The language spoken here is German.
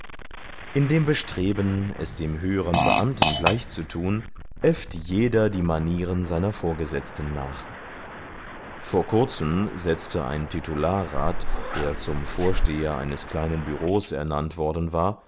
in dem bestreben es dem höheren beamten gleichzutun äfft jeder die manieren seiner vorgesetzten nach vor kurzem setzte ein titularrat der zum vorsteher eines kleinen büros ernannt worden war